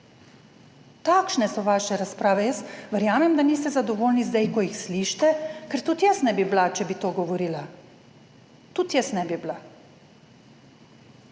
Takšne so vaše razprave. Jaz verjamem, da niste zadovoljni, ko jih slišite, ker tudi jaz ne bi bila, če bi to govorila, tudi jaz ne bi bila.